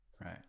right